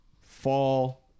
fall